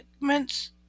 Mints